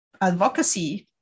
advocacy